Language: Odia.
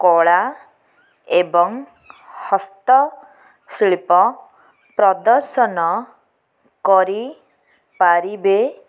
କଳା ଏବଂ ହସ୍ତଶିଳ୍ପ ପ୍ରଦର୍ଶନ କରିପାରିବେ